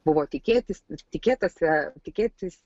buvo tikėtis tikėtasi tikėtis